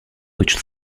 which